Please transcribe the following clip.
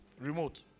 Remote